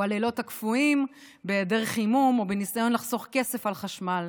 או הלילות הקפואים בהיעדר חימום או בניסיון לחסוך כסף על חשמל,